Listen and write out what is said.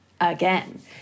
again